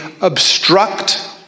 obstruct